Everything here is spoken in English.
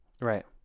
Right